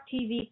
TV